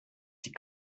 die